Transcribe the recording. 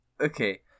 Okay